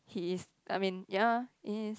he is I mean ya he's